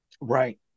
Right